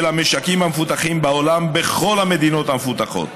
המשקים המפותחים בעולם בכל המדינות המפותחות,